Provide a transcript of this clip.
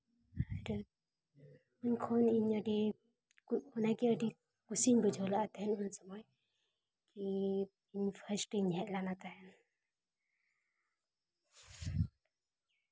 ᱢᱤᱫᱴᱮᱱ ᱩᱱᱠᱷᱚᱱ ᱤᱧ ᱟᱹᱰᱤ ᱚᱱᱟ ᱜᱮ ᱟᱹᱰᱤ ᱠᱩᱥᱤᱧ ᱵᱩᱡᱷᱟᱹᱣ ᱞᱟᱜ ᱛᱟᱦᱮᱱ ᱩᱱ ᱥᱚᱢᱚᱭ ᱠᱤ ᱤᱧ ᱯᱷᱟᱥᱴ ᱤᱧ ᱦᱮᱡ ᱞᱮᱱᱟ ᱛᱟᱦᱮᱱ